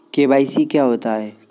KYC क्या होता है?